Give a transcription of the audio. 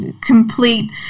complete